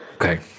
Okay